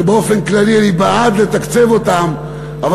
שבאופן כללי אני בעד לתקצב אותם אבל